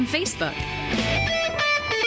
Facebook